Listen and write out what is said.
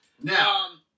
Now